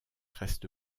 reste